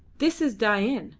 this is dain,